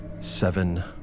seven